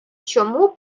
чому